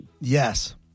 Yes